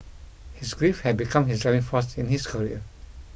his grief had become his driving force in his career